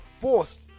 forced